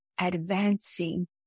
advancing